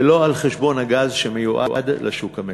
ולא על חשבון הגז המיועד לשוק המקומי.